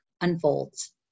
unfolds